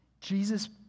Jesus